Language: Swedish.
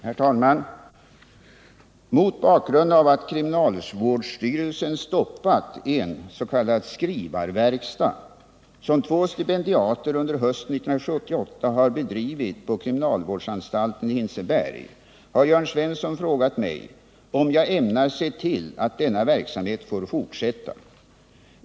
Herr talman! Mot bakgrund av att kriminalvårdsstyrelsen stoppat en s.k. skrivarverkstad, som två stipendiater under hösten 1978 har bedrivit på kriminalvårdsanstalten i Hinseberg, har Jörn Svensson frågat mig om jag ämnar se till att denna verksamhet får fortsätta.